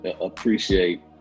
appreciate